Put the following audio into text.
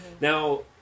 Now